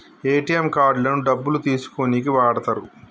ATM కార్డులను డబ్బులు తీసుకోనీకి వాడతరు